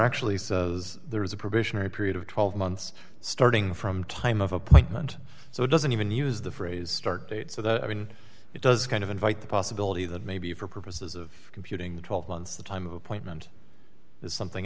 actually says there is a probationary period of twelve months starting from time of appointment so it doesn't even use the phrase start date so that i mean it does kind of invite the possibility that maybe for purposes of computing the twelve months the time of appointment is something